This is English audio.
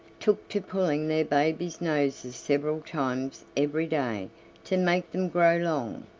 took to pulling their babies' noses several times every day to make them grow long.